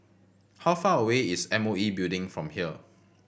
how far away is M O E Building from here